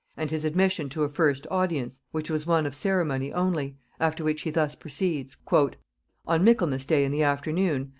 and his admission to a first audience, which was one of ceremony only after which he thus proceeds on michaelmas day in the afternoon,